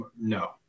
no